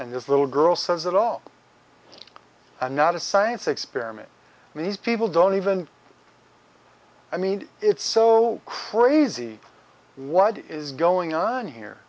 and this little girl says it all and not a science experiment and these people don't even i mean it's so crazy what is going on here